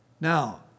Now